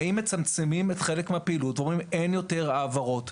האם מצמצמים חלק מהפעילות ואומרים: "אין יותר העברות במזומן,